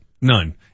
None